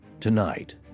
Tonight